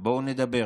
בואו נדבר